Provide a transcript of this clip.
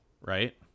right